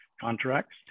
contracts